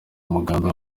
umuganda